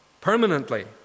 permanently